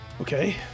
Okay